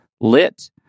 lit